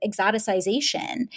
exoticization